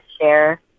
share